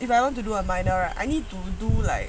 if I want to do a minor I need to do like